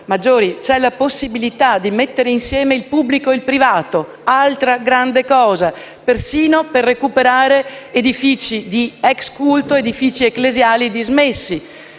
maggiori, c'è la possibilità di mettere insieme pubblico e privato, che è altra grande cosa, persino per recuperare edifici di culto o ecclesiali dismessi